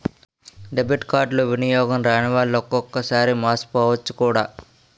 debit కార్డులు వినియోగం రానివాళ్లు ఒక్కొక్కసారి మోసపోవచ్చు కూడా